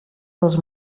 dels